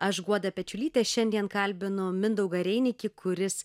aš guoda pečiulytė šiandien kalbinu mindaugą reinikį kuris